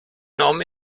nahm